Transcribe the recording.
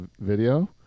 video